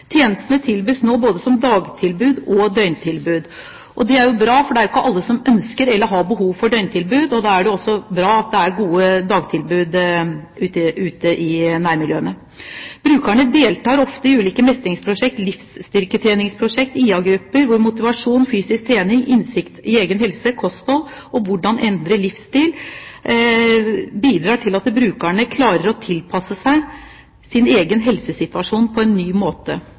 Tjenestene tilbys nå både som dagtilbud og døgntilbud, og det er bra, for det er ikke alle som ønsker eller har behov for døgntilbud. Da er det også bra at det er gode dagtilbud ute i nærmiljøene. Brukerne deltar ofte i ulike mestringsprosjekt, livsstyrketreningsprosjekt, IA-grupper, hvor motivasjon, fysisk trening, innsikt i egen helse, kosthold og hvordan endre livsstil bidrar til at brukerne klarer å tilpasse seg sin egen helsesituasjon på en ny måte.